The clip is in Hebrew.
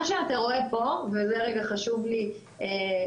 מה שאתה רואה פה וזה חשוב לי להסביר,